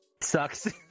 Sucks